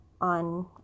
on